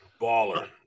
Baller